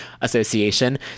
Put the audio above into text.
Association